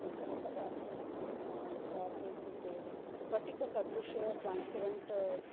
एकः पदार्थः पदार्थः इत्युक्ते स्फटिकसदृशः ट्रान्स्पेरेण्ट्